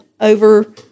over